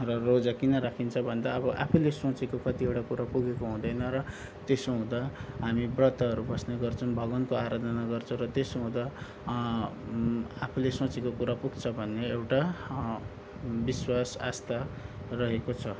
र रोजा किन राखिन्छ भन्दा अब आफैले सोचेको कतिवटा कुरा पुगेको हुँदैन र त्यसो हुँदा हामी व्रतहरू बस्ने गर्छौँ भगवानको आराधना गर्छौँ र त्यसो हुँदा आफूले सोचेको कुरा पुग्छ भन्ने एउटा विश्वास आस्था रहेको छ